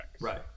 Right